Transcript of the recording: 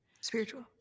spiritual